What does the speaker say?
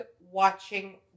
watching